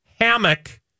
hammock